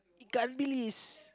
ikan-bilis